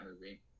movie